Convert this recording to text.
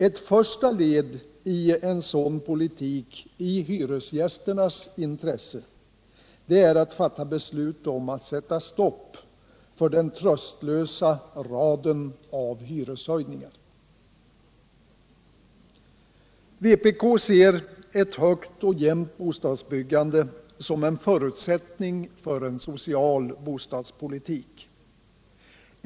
Ett första led i en sådan politik i hyresgästernas intresse är att fatta beslut om att sätta stopp för den tröstlösa raden av hyreshöjningar. Vpk ser ett högt och jämnt bostadsbyggande som en förutsättning för en social bostadspoliuk.